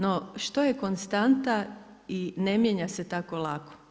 No što je konstanta i ne mijenja se tako lako?